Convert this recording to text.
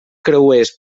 creuers